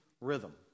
rhythm